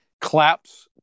claps